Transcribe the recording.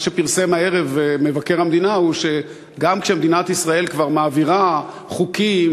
מה שפרסם הערב מבקר המדינה הוא שגם כשמדינת ישראל כבר מעבירה חוקים,